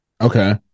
okay